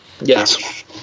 Yes